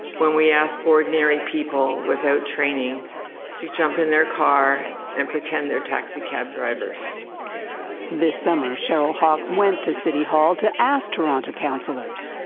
when we ask ordinary people without training to jump in their car and pretend they're taxi cab drivers. gillian this summer, cheryl hawkes went to city hall to ask toronto councillors,